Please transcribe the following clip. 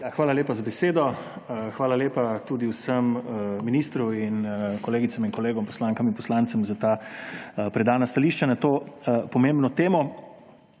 Hvala lepa za besedo. Hvala lepa tudi vsem, ministru, kolegicam in kolegom, poslankam in poslancem, za ta predana stališča o tej pomembni temi.